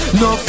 no